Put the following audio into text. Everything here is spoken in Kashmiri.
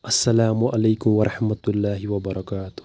اَسَلامُ علیکُم وَرحمتُہ اللہ وَبَرَکاتُہُ